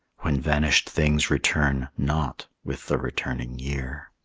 when vanished things return not with the returning year.